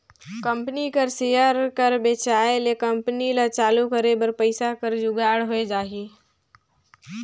company कर share कर बेंचाए ले कंपनी ल चालू करे बर पइसा कर जुगाड़ होए जाही